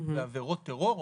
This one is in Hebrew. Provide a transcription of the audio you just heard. עבירות טרור,